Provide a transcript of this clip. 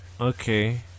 Okay